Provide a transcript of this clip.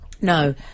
No